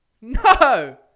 No